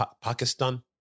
Pakistan